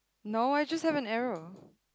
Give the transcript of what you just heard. no I just have an error